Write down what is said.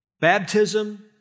Baptism